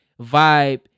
vibe